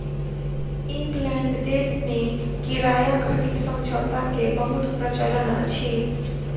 England देश में किराया खरीद समझौता के बहुत प्रचलन अछि